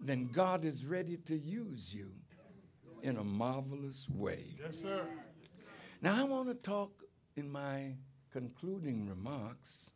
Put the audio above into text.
then god is ready to use you in a marvelous way now i want to talk in my concluding remarks